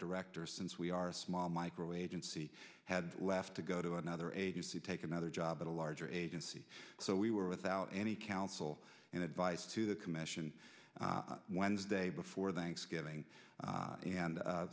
director since we are a small micro agency had left to go to another agency take another job at a larger agency so we were without any counsel and advice to the commission wednesday before thanksgiving and